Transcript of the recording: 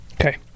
Okay